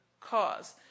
cause